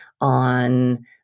on